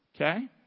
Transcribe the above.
Okay